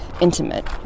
intimate